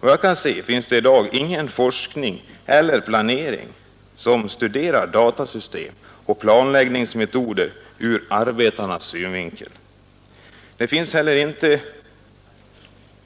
Vad jag kan se finns det i dag ingen forskning eller planering som studerar datasystem och planläggningsmetoder ur arbetarnas synvinkel. Det finns heller ingen